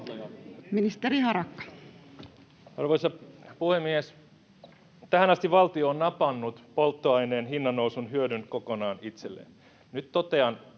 Content: Arvoisa puhemies! Tähän asti valtio on napannut polttoaineen hinnannousun hyödyn kokonaan itselleen. Nyt totean